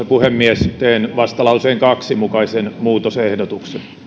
puhemies teen vastalauseen kahden mukaisen muutosehdotuksen